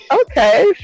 Okay